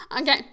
Okay